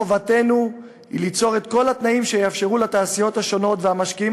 חובתנו היא ליצור את כל התנאים שיאפשרו לתעשיות השונות ולמשקיעים